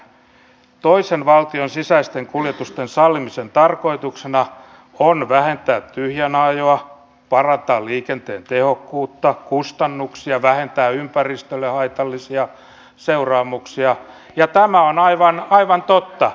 nimittäin toisen valtion sisäisten kuljetusten sallimisen tarkoituksena on vähentää tyhjänä ajoa parantaa liikenteen tehokkuutta kustannuksia vähentää ympäristölle haitallisia seuraamuksia ja tämä on aivan totta